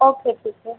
okay ठीक है